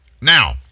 Now